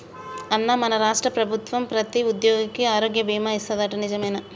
అన్నా మన రాష్ట్ర ప్రభుత్వం ప్రతి ఉద్యోగికి ఆరోగ్య బీమా ఇస్తాదట నిజమేనా